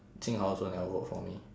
jing hao also never vote for me